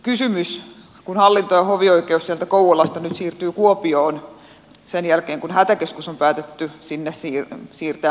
kysymys kun hallinto ja hovioikeus sieltä kouvolasta nyt siirtyy kuopioon sen jälkeen kun myöskin hätäkeskus on päätetty siirtää sieltä pois